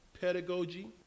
pedagogy